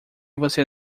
você